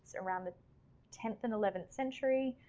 around the tenth and eleventh century,